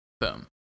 boom